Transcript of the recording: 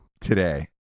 Today